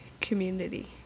community